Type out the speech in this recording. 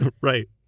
Right